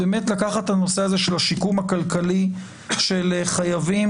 ולקחת את הנושא של השיקום הכלכלי של חייבים